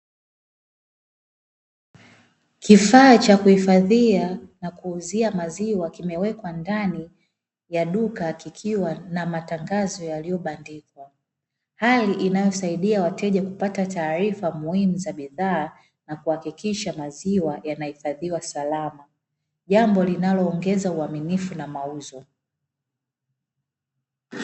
Kifaa cha kuhifadhia na kuuzia maziwa kimewekwa ndani ya duka kikiwa na matangazo yaliyobandikwa, hali inayosaidia wateja kupata taarifa muhimu za bidhaa na kuhakikisha maziwa yanaifadhiwa salama, jambo linalo ongeza uaminifu na mauzo.